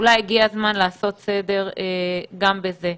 אולי הגיע הזמן לעשות סדר גם בזה.